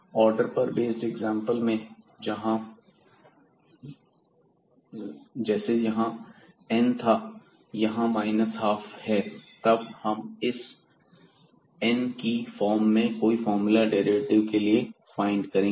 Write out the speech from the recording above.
order पर best example में जैसे यहां n था और यहां ½ तब हम इस n की फॉर्म में कोई फार्मूला डेरिवेटिव के लिए फाइंड कर सकते हैं